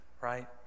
right